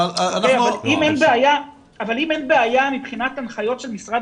אבל אם אין בעיה מבחינת ההנחיות של משרד